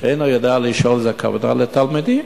"שאינו יודע לשאול" זה הכוונה לתלמידים,